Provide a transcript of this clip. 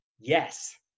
Yes